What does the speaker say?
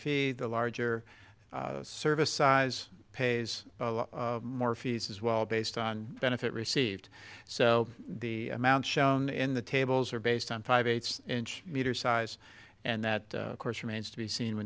fee the larger service size pays a lot more fees as well based on benefit received so the amount shown in the tables are based on five eighth's inch meter size and that of course remains to be seen whe